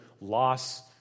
loss